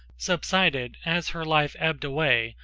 subsided, as her life ebbed away,